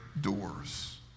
Doors